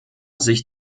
sich